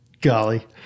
Golly